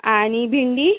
आणि भिंडी